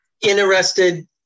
Interested